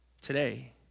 today